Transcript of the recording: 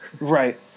Right